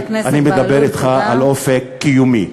אני מדבר אתך על אופק קיומי.